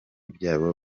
byabo